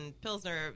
pilsner